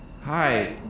Hi